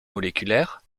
moléculaire